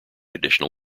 additional